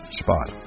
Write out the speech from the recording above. spot